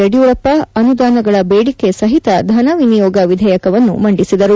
ಯಡಿಯೂರಪ್ಪ ಅನುದಾನಗಳ ಬೇದಿಕೆ ಸಹಿತ ಧನ ವಿನಿಯೋಗ ವಿಧೇಯಕವನ್ನು ಮಂಡಿಸಿದರು